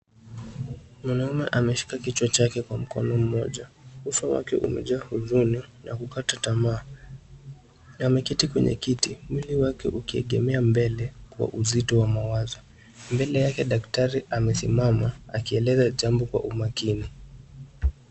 Mwanaume ameshika kichwa chake kwa mkono mmoja. Uso wake umejaa huzuni, na kukata tamaa. Ameketi kwenye kiti, mwili wake ukiegemea mbele, kwa uzito wa mawazo. Mbele yake daktari amesimama, akieleza jambo kwa umakini.